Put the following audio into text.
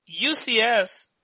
UCS